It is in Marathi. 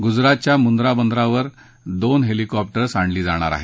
गुजरातच्या मुंद्रा बंदरावर दोन हेलिकॉप्टर्स आणली जाणार आहे